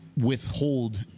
withhold